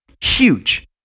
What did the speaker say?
huge